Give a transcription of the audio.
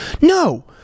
No